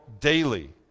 daily